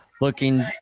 looking